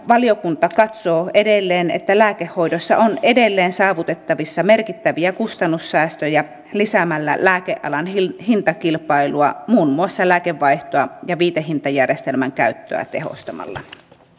valiokunta katsoo edelleen että lääkehoidossa on edelleen saavutettavissa merkittäviä kustannussäästöjä lisäämällä lääkealan hintakilpailua muun muassa lääkevaihtoa ja viitehintajärjestelmän käyttöä tehostamalla